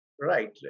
Right